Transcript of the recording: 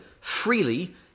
freely